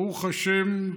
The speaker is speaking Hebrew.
ברוך השם,